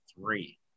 three